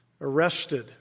arrested